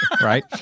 right